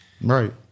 Right